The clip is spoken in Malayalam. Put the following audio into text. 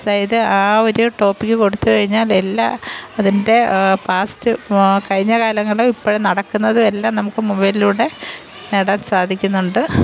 അതായത് ആ ഒരു ടോപ്പിക്ക് കൊടുത്ത് കഴിഞ്ഞാൽ എല്ലാ അതിൻ്റെ പാസ്റ്റ് കഴിഞ്ഞകാലങ്ങളും ഇപ്പോഴും നടക്കുന്നതും എല്ലാം നമുക്ക് മൊബൈലിലൂടെ നേടാൻ സാധിക്കുന്നുണ്ട്